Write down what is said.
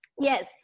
yes